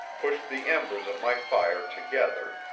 pushed the embers of my fire together,